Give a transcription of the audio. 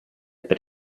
per